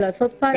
לעשות פיילוט.